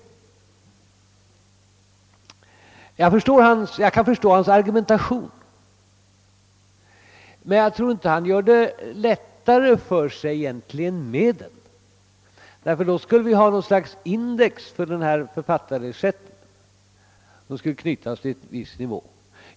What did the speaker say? Jag kan förstå herr Sundmans argumentation, men jag tror inte att han med den gör det lättare för sig, därför att då skulle vi ha något slags index på författarersättning, som skulle knytas till en viss nivå.